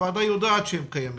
הוועדה יודעת שהם קיימים,